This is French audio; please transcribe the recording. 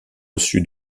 reçu